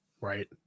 Right